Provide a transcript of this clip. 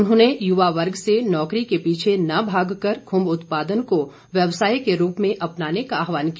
उन्होंने युवा वर्ग से नौकरी के पीछे न भाग कर खूम्ब उत्पादन को व्यवसाय के रूप में अपनाने का आहवान किया